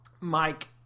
Mike